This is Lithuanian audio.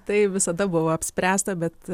tai visada buvo apspręsta bet